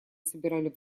собирали